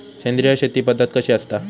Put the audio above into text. सेंद्रिय शेती पद्धत कशी असता?